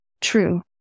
True